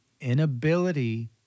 inability